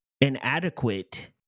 inadequate